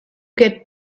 get